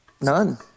None